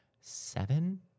seven